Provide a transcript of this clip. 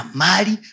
mari